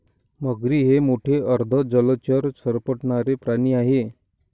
मगरी हे मोठे अर्ध जलचर सरपटणारे प्राणी आहेत